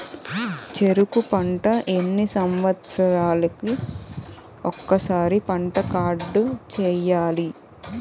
చెరుకు పంట ఎన్ని సంవత్సరాలకి ఒక్కసారి పంట కార్డ్ చెయ్యాలి?